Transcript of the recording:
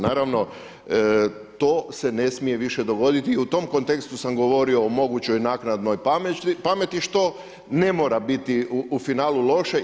Naravno to se ne smije više dogoditi i u tom kontekstu sam govorio o mogućoj naknadnoj pameti, što ne mora biti u finalu loše.